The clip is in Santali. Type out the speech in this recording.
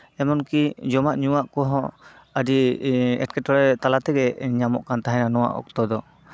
ᱮᱢᱚᱱ ᱠᱤ ᱡᱚᱢᱟᱜᱼᱧᱩᱣᱟᱜ ᱠᱚᱦᱚᱸ ᱟᱹᱰᱤ ᱮᱴᱠᱮᱴᱚᱲᱮ ᱛᱟᱞᱟ ᱛᱮᱜᱮ ᱧᱟᱢᱚᱜ ᱠᱟᱱ ᱛᱟᱦᱮᱸᱜ ᱱᱚᱣᱟ ᱚᱠᱛᱚ ᱫᱚ